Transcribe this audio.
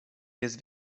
jest